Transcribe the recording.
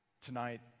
Tonight